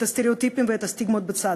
את הסטריאוטיפים והסטיגמות בצד,